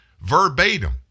verbatim